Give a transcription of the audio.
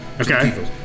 Okay